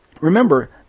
remember